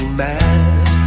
mad